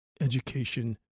Education